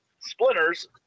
Splinters